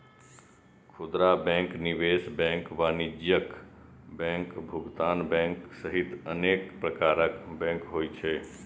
खुदरा बैंक, निवेश बैंक, वाणिज्यिक बैंक, भुगतान बैंक सहित अनेक प्रकारक बैंक होइ छै